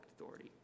authority